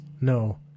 no